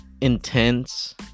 intense